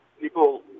people